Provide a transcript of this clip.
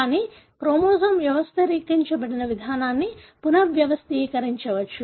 కానీ క్రోమోజోమ్ వ్యవస్థీకరించబడిన విధానాన్ని పునర్వ్యవస్థీకరించవచ్చు